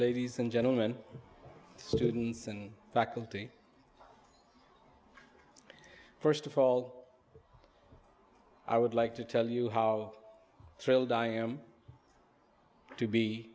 ladies and gentlemen students and faculty first of all i would like to tell you how thrilled i am to be